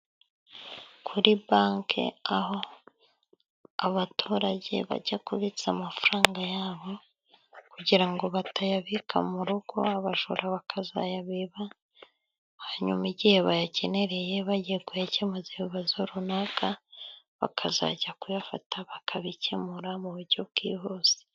Kuri banki aho abaturage bajya kubitsa amafaranga yabo, kugira ngo batayabika mu rugo abajura bakazayabiba, hanyuma igihe bayakenereye bagiye kuyakemuza ibibazo runaka, bakazajya kuyafata bakabikemura mu buryo bwihuse.